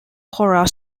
horace